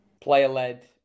player-led